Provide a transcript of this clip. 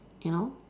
you know